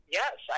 yes